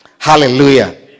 Hallelujah